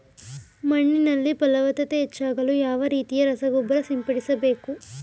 ಮಣ್ಣಿನಲ್ಲಿ ಫಲವತ್ತತೆ ಹೆಚ್ಚಾಗಲು ಯಾವ ರೀತಿಯ ರಸಗೊಬ್ಬರ ಸಿಂಪಡಿಸಬೇಕು?